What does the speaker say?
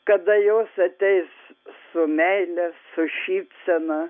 kada jos ateis su meile su šypsena